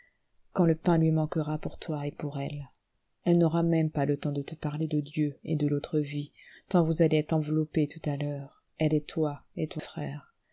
quand le pain lui manquera pour toi et pour elle elle n'aura même pas le temps de te parler de dieu et de l'autre vie tant vous allez être enveloppés tout à l'heure elle et toi et ton frère